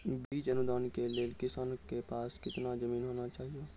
बीज अनुदान के लेल किसानों के पास केतना जमीन होना चहियों?